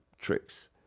tricks